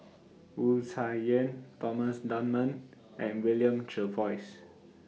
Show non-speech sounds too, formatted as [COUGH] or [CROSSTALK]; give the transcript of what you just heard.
Wu Tsai Yen Thomas Dunman [NOISE] and William Jervois